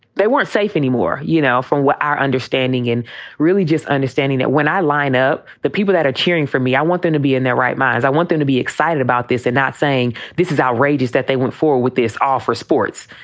they weren't safe anymore. you know, from what our understanding and really just understanding that when i line up the people that are cheering for me, i want them to be in their right mind. i want them to be excited about this and not saying this is outrageous that they went forward with this offer sports.